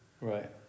Right